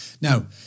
Now